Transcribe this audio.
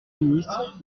ministre